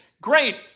great